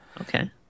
Okay